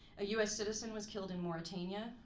a us citizen was killed in mauritania,